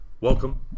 Welcome